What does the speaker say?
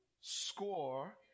score